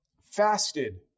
fasted